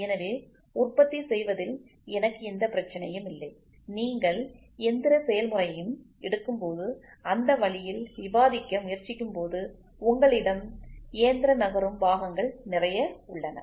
எனவே உற்பத்தி செய்வதில் எனக்கு எந்தப் பிரச்சினையும் இல்லை நீங்கள் எந்திரச் செயல்முறையையும் எடுக்கும்போது அந்த வழியில் விவாதிக்க முயற்சிக்கும்போது உங்களிடம் இயந்திர நகரும் பாகங்கள் நிறைய உள்ளன